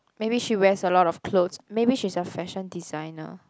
maybe she wears a lot of clothes maybe she's a fashion designer